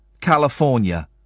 California